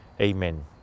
Amen